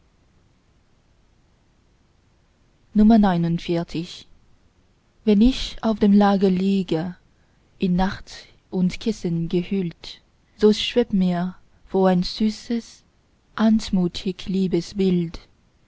xlix wenn ich auf dem lager liege in nacht und kissen gehüllt so schwebt mir vor ein süßes anmutig liebes